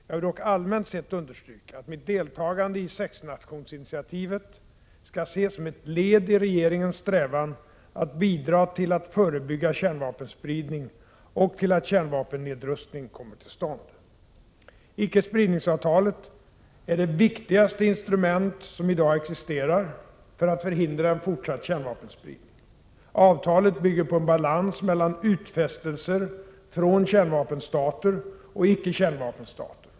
Jag vill dock allmänt sett understryka att mitt deltagande i sexnationsinitiativet skall ses som ett led i regeringens strävan att bidra till att förebygga kärnvapenspridning och till att kärnvapennedrustning kommer till stånd. Icke-spridningsavtalet är det viktigaste instrument som i dag existerar för att förhindra en fortsatt kärnvapenspridning. Avtalet bygger på en balans mellan utfästelser från kärnvapenstater och icke-kärnvapenstater.